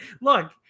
Look